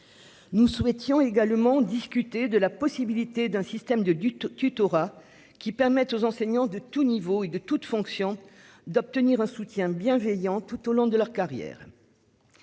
Nous souhaitons également discuté de la possibilité d'un système de du tutorat qui permet aux enseignants de tous niveaux et de toutes fonctions d'obtenir un soutien bienveillant tout au long de leur carrière.